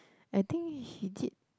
I think he did